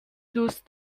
دوست